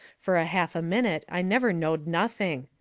fur a half a minute i never knowed nothing.